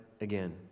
again